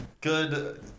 Good